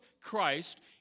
Christ